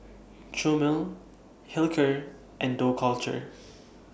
Chomel Hilker and Dough Culture